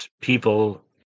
people